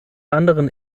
anderen